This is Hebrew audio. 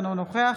אינו נוכח